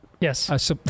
yes